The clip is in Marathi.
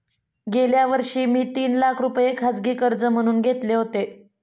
गेल्या वर्षी मी तीन लाख रुपये खाजगी कर्ज म्हणून घेतले होते